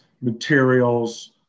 materials